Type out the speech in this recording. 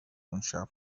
اونشب